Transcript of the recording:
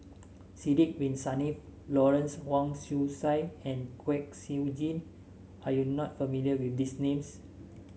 Sidek Bin Saniff Lawrence Wong Shyun Tsai and Kwek Siew Jin are you not familiar with these names